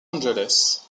angeles